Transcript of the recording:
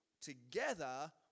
together